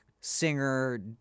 singer